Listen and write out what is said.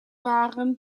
waren